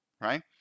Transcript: right